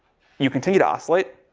you continue to oscillate.